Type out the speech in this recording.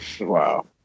Wow